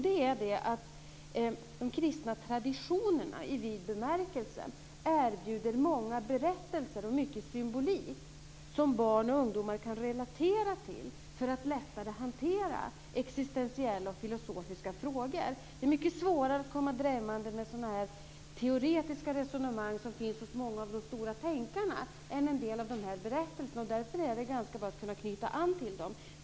Det är att de kristna traditionerna i vid bemärkelse erbjuder många berättelser och mycket symbolik som barn och ungdomar kan relatera till för att lättare hantera existentiella och filosofiska frågor. Det är mycket svårare att komma dragande med teoretiska resonemang som förs av många av de stora tänkarna än med en del av de här berättelserna. Därför är det ganska bra att kunna knyta an till dem.